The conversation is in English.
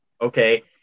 Okay